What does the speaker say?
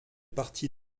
partie